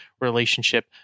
relationship